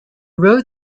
wrote